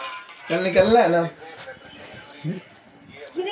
vermi composting से पौधों की वृद्धि बढ़ती है